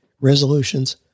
resolutions